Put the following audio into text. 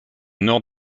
nord